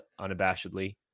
unabashedly